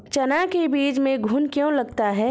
चना के बीज में घुन क्यो लगता है?